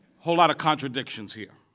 whole lot of contradictions here,